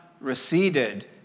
receded